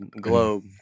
Globe